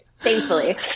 thankfully